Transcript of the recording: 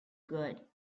good